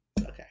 Okay